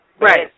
Right